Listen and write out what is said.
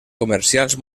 comercials